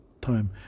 time